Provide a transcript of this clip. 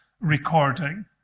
recording